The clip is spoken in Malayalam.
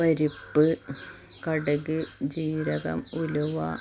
പരിപ്പ് കടുക് ജീരകം ഉലുവ